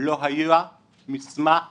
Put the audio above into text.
לא היה מסמך אחד.